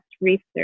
research